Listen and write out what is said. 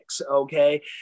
Okay